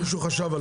מישהו חשב עליכם.